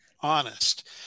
honest